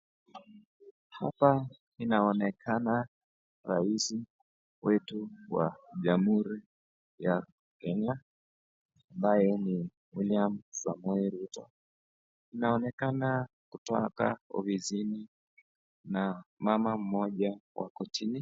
Hapa inaonekana raisi wetu wa jamhuri ya kenya ambaye ni William Samoe Ruto. Anaonekana kutoka ofisini na mama mmoja wa kotini.